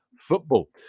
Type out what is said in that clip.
football